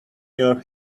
your